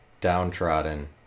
downtrodden